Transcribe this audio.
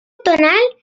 tonal